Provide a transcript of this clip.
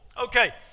Okay